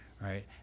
right